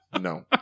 no